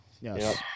yes